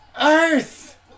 Earth